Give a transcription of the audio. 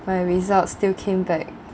my results still came back